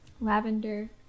lavender